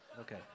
Okay